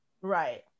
Right